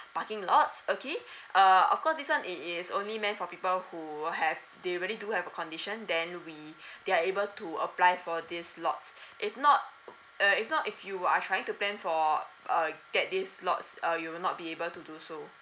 parking lots okay err of course this one it is only meant for people who have they really do have a condition then we they are able to apply for this lot if not uh if not if you are trying to plan for uh get these slots uh you will not be able to do so